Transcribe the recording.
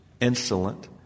insolent